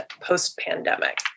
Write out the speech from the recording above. post-pandemic